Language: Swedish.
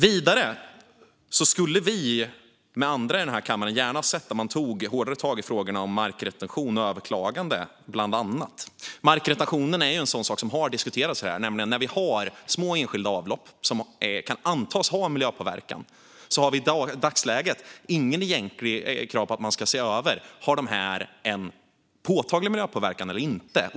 Vidare skulle vi med andra i den här kammaren gärna ha sett att man tagit ett hårdare tag i frågorna om markretention och överklagande bland annat. Markretentionen är en sådan sak som har diskuterats här, nämligen att när vi har små enskilda avlopp som kan antas ha miljöpåverkan har vi i dagsläget inget egentligt krav på att man ska se över om de har en påtaglig miljöpåverkan eller inte.